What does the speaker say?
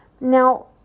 now